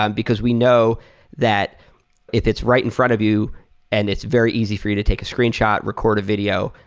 um because we know that if it's right in front of you and it's very easy for you to take a screenshot, record a sed